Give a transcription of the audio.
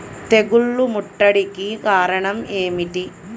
తెగుళ్ల ముట్టడికి కారణం ఏమిటి?